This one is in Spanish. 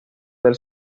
del